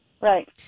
Right